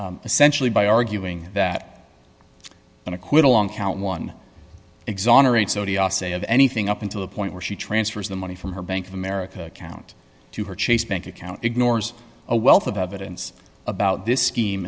t essentially by arguing that an acquittal on count one exonerates say of anything up until the point where she transfers the money from her bank of america account to her chase bank account ignores a wealth of evidence about this scheme